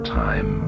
time